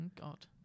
God